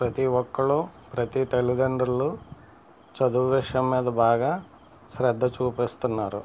ప్రతి ఒక్కరు ప్రతి తల్లితండ్రులు చదువు విషయం మీద బాగా శ్రద్ధ చూపిస్తున్నారు